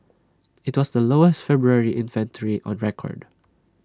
IT was the lowest February inventory on record